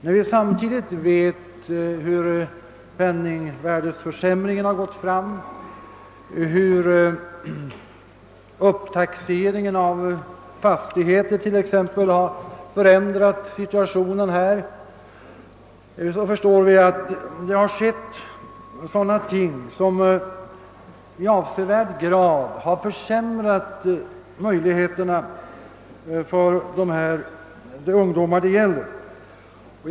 När vi sedan vet vilken penningvärdeförsämring som skett och hur t.ex. upptaxeringen av fastigheter har förändrat hela situationen, förstår vi att möjligheterna för de ungdomar det här gäller har i avsevärd grad försämrats.